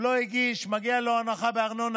הוא לא הגיש ומגיעה לו הנחה בארנונה,